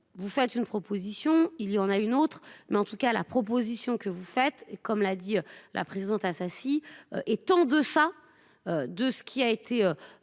Vous faites une proposition il y en a une autre, mais en tout cas la proposition que vous faites comme l'a dit la présidente Assassi. Est en deçà. De ce qui a été.